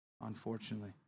unfortunately